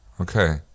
Okay